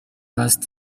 pst